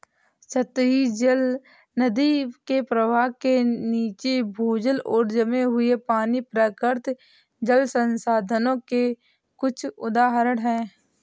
सतही जल, नदी के प्रवाह के नीचे, भूजल और जमे हुए पानी, प्राकृतिक जल संसाधनों के कुछ उदाहरण हैं